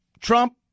trump